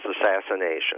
assassination